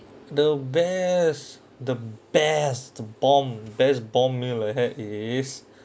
the best the best bomb best bomb meal I had is